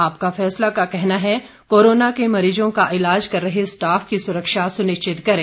आपका फैसला लिखता है कोरोना के मरीजों का इलाज कर रहे स्टाफ की सुरक्षा सुनिश्चित करें